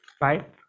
right